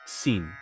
seen